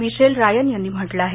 Michel Ryan यांनी म्हटलं आहे